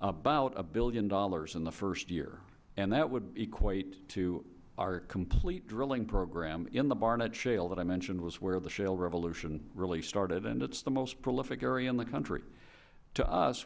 about a billion dollars in the first year and that would equate to our complete drilling program in the barnett shale as i mentioned is where the shale revolution really started and it's the most prolific area in the country to us